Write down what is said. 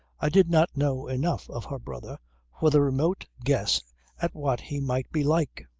i did not know enough of her brother for the remotest guess at what he might be like.